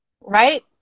right